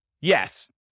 Yes